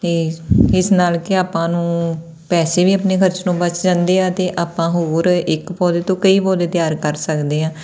ਅਤੇ ਇਸ ਨਾਲ ਕਿ ਆਪਾਂ ਨੂੰ ਪੈਸੇ ਵੀ ਆਪਣੇ ਖਰਚਣੋਂ ਬੱਚ ਜਾਂਦੇ ਆ ਅਤੇ ਆਪਾਂ ਹੋਰ ਇੱਕ ਪੌਦੇ ਤੋਂ ਕਈ ਪੌਦੇ ਤਿਆਰ ਕਰ ਸਕਦੇ ਹਾਂ